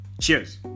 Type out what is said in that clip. Cheers